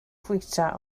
fwyta